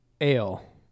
ale